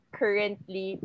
currently